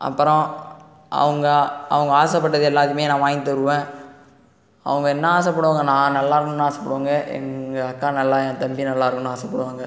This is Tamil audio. அப்புறம் அவங்க அவங்க ஆசைப்பட்டது எல்லாத்தையுமே நான் வாங்கி தருவேன் அவங்க என்ன ஆசைப்படுவாங்க நான் நல்லா இருக்கனுன்னு தான் ஆசைப்படுவாங்க எங்கள் அக்கா நல்லா இருக்கனும் என் தம்பி நல்லா இருக்கனுன்னு ஆசைப்படுவாங்க